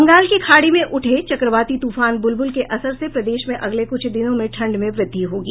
बंगाल की खाड़ी में उठे चक्रवाती तुफान बुलबुल के असर से प्रदेश में अगले कुछ दिनों में ठंड में वृद्धि होगी